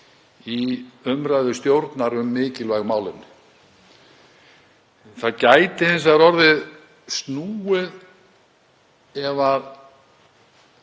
í umræðu stjórnar um mikilvæg málefni. Það gæti hins vegar orðið snúið ef við